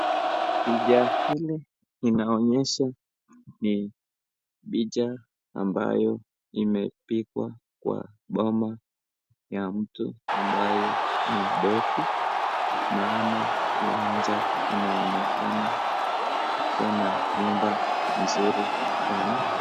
Picha hili inaonyesha ni picha ambayo imepikwa kwa poma ya mtu amber ni mtosi naana kiwanja inaonekana nyumba mzuri sana.